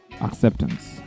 acceptance